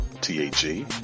T-A-G